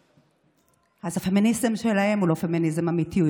אז הפמיניזם שלהם הוא לא פמיניזם אמיתי,